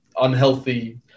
unhealthy